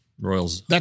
Royals